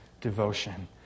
devotion